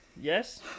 Yes